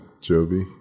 Joby